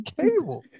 cable